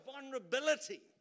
vulnerability